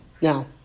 Now